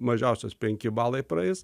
mažiausias penki balai praeis